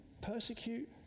persecute